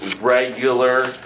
regular